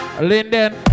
Linden